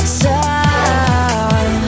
sun